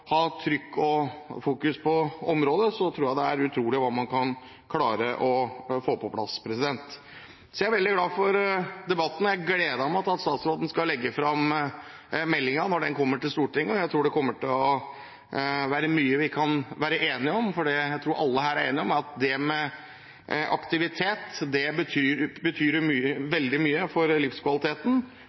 ha trykk og fokus på området, da er det utrolig hva man kan klare å få på plass. Så jeg er veldig glad for debatten, og jeg har gledet meg til at statsråden skal legge fram meldingen, når den kommer til Stortinget, og jeg tror det kommer til å være mye vi kan være enige om. Det jeg tror alle her er enige om, er at det med aktivitet betyr veldig mye for livskvaliteten,